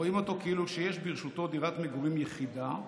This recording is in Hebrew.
רואים אותו כאילו יש ברשותו דירת מגורים יחידה,